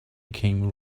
came